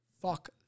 fuck